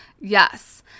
Yes